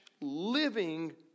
living